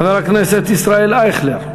חבר הכנסת ישראל אייכלר,